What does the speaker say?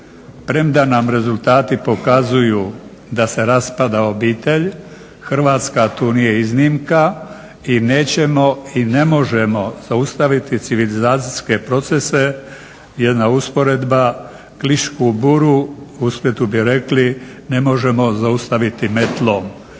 premda nam rezultati pokazuju da se raspada obitelj. Hrvatska tu nije iznimka i nećemo i ne možemo zaustaviti civilizacijske procese. Jedna usporedba, klišku buru u Splitu bi rekli ne možemo zaustaviti metlom.